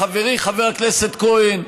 חברי חבר הכנסת כהן,